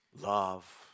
love